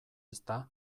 ezta